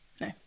no